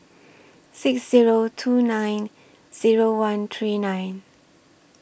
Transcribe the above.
six Zero two nine Zero one three nine